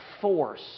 force